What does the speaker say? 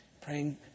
praying